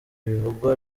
bivugwa